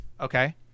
Okay